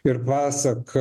ir pasak